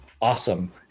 awesome